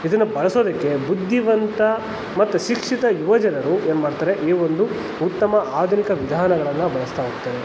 ಇದನ್ನ ಬಳಸೋದಿಕ್ಕೆ ಬುದ್ಧಿವಂತ ಮತ್ತು ಶಿಕ್ಷಿತ ಯುವಜನರು ಏನು ಮಾಡ್ತಾರೆ ಈ ಒಂದು ಉತ್ತಮ ಆಧುನಿಕ ವಿಧಾನಗಳನ್ನು ಬಳಸ್ತಾ ಹೋಗ್ತಾರೆ